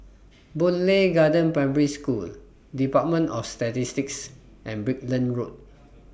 Boon Lay Garden Primary School department of Statistics and Brickland Road